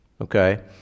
okay